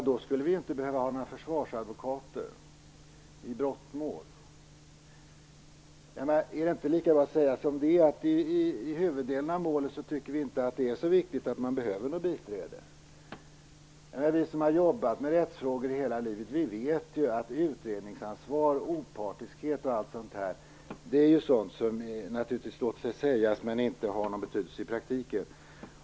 Då skulle vi ju inte behöva ha några försvarsadvokater i brottmål. Är det inte lika bra att säga som det är, nämligen att man i fråga om huvuddelen av målen inte anser att det är så viktigt att det behövs biträde? Vi som har jobbat med rättsfrågor hela livet vet ju att utredningsansvar och opartiskhet m.m. är sådant som låter sig sägas men som inte har någon betydelse i praktiken.